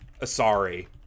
Asari